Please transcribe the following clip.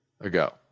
ago